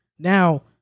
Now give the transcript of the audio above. Now